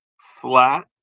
flat